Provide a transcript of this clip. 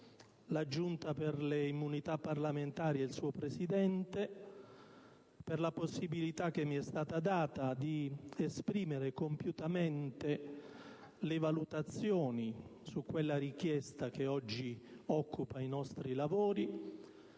elezioni e delle immunità parlamentari e il suo Presidente per la possibilità che mi è stata concessa di esprimere compiutamente le valutazioni su quella richiesta che oggi occupa i nostri lavori,